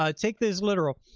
ah take this literal.